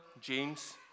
James